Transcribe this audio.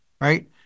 Right